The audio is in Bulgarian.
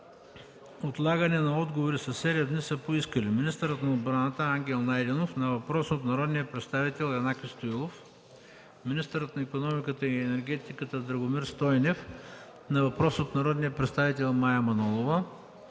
отлагане на отговори със 7 дни са поискали: - министърът на отбраната Ангел Найденов на въпрос от народния представител Янаки Стоилов; - министърът на икономиката и енергетиката Драгомир Стойнев на въпрос от народния представител Мая Манолова.